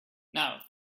now